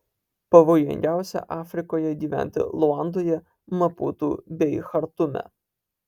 pavojingiausia afrikoje gyventi luandoje maputu bei chartume